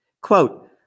Quote